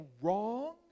wrong